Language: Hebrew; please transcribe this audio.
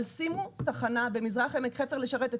אבל שימו תחנה במזרח עמק חפר לשרת את